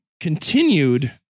continued